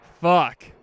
Fuck